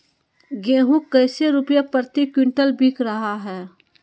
गेंहू कैसे रुपए प्रति क्विंटल बिक रहा है?